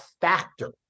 factor